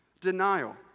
denial